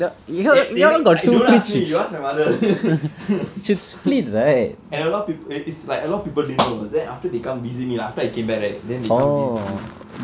eh eh don't ask me you ask my mother and a lot of people it's like a lot of people didn't know then after they come visit me after I came back right then they come visit me